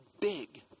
big